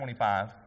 25